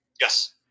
Yes